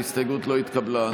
ההסתייגות לא התקבלה.